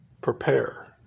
prepare